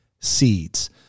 seeds